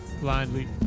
blindly